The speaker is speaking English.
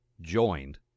joined